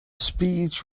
speech